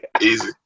Easy